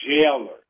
jailer